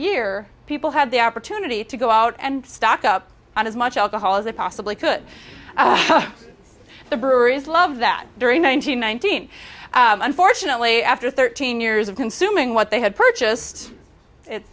year people had the opportunity to go out and stock up on as much alcohol as they possibly could the breweries love that during nineteen nineteen unfortunately after thirteen years of consuming what they had purchase